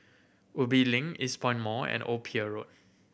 Ubi Link Eastpoint Mall and Old Pier Road